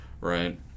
right